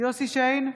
יוסף שיין,